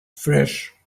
fresh